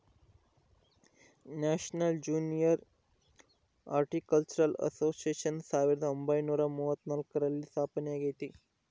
national junior horticultural association ಸಾವಿರದ ಒಂಬೈನುರ ಮೂವತ್ನಾಲ್ಕರಲ್ಲಿ ಸ್ಥಾಪನೆಯಾಗೆತೆ